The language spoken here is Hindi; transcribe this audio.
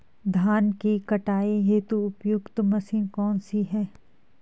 धान की कटाई हेतु उपयुक्त मशीन कौनसी है?